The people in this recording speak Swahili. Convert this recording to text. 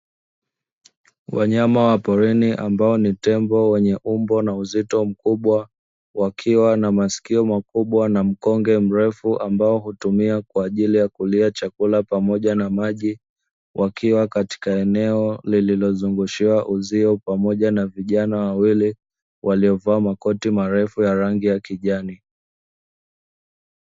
Wanyama wa porini ambao ni tembo wenye umbo na uzito mkubwa, wakiwa na masikio makubwa na mkonge mrefu ambao hutumia kwa ajili ya kulia chakula pamoja na maji, wakiwa katika eneo lililozungushiwa uzio, pamoja na vijana wawili waliovaa makoti marefu ya rangi ya kijani.